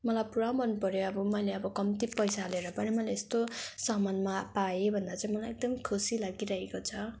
मलाई पुरा मन पऱ्यो अब मैले अह कम्ती पैसा हालेर पनि मैले यस्तो सामान पाएँ भन्दा चाहिँ मलाई एकदम खुसी लागिरहेको छ